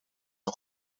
een